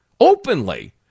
Openly